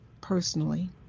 personally